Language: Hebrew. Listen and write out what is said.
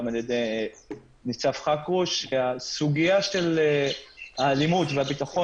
גם על ידי ניצב חכרוש שבסוגיה של האלימות והביטחון